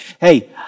hey